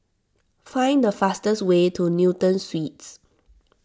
find the fastest way to Newton Suites